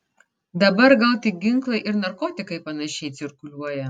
dabar gal tik ginklai ir narkotikai panašiai cirkuliuoja